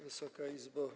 Wysoka Izbo!